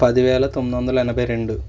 పదివేల తొమ్మిదొందల ఎనభై రెండు